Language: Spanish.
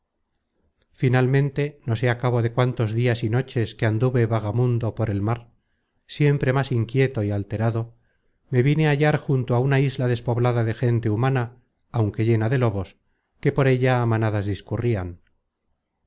finalmente no sé á cabo de cuántos dias y noches que anduve vagamundo por el mar siempre más inquieto y alterado me vine á hallar junto a una isla despoblada de gente humana aunque llena de lobos que por ella á manadas discurrian